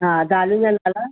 हा दालियुनि जा नाला